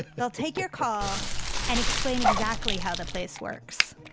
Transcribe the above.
they'll take your call and explain exactly how the place works.